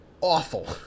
awful